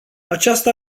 aceasta